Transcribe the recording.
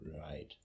right